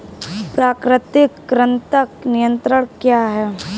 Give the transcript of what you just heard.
प्राकृतिक कृंतक नियंत्रण क्या है?